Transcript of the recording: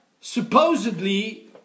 supposedly